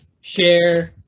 share